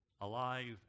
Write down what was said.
alive